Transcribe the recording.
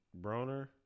Broner